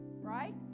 right